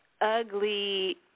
ugly